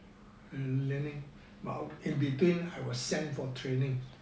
I'm learning about in between I was sent for training